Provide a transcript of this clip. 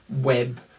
Web